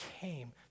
came